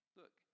look